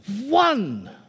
one